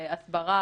הסברה,